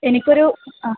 എനിക്ക് ഒരു ആ